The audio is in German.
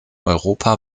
europa